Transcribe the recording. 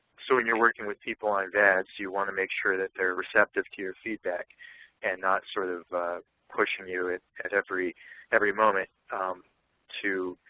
so when you're working with people on vads, you want to make sure that they are receptive to your feedback and not sort of pushing you at every every moment to